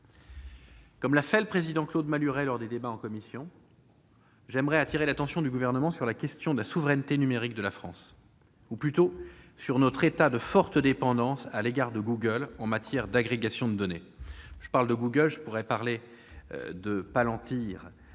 Comme l'a fait le président Claude Malhuret en commission, j'appelle l'attention du Gouvernement sur la question de la souveraineté numérique de la France, ou plutôt sur notre état de forte dépendance à l'égard de Google en matière d'agrégation de données. Je pourrais parler aussi de Palantir